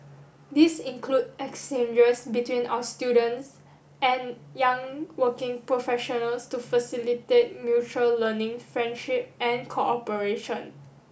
these include exchanges between our students and young working professionals to facilitate mutual learning friendship and cooperation